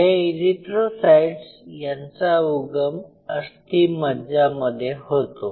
हे ईरिथ्रोसाइट्स यांचा उगम अस्थिमज्जामध्ये होतो